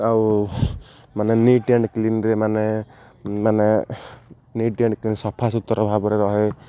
ଆଉ ମାନେ neat and କ୍ଲିନ୍ରେ ମାନେ ମାନେ ନିଟ୍ ଆଣ୍ଡ୍ କ୍ଲିନ୍ ସଫା ସୁତୁରା ଭାବରେ ରହେ